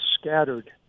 scattered